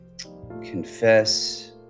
confess